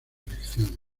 elecciones